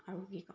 আৰু কি ক'ম